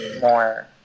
more